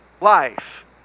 life